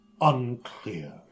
Unclear